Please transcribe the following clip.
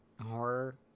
horror